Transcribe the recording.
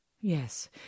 Yes